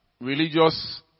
religious